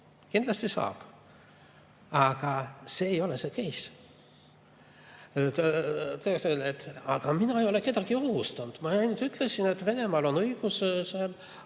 Kindlasti saab. Aga see ei ole see keiss. Saab öelda, et aga mina ei ole kedagi ohustanud, ma ainult ütlesin, et Venemaal on õigus